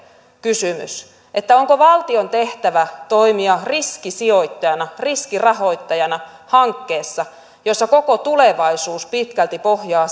kysymys onko valtion tehtävä toimia riskisijoittajana riskirahoittajana hankkeessa jossa koko tulevaisuus pitkälti pohjaa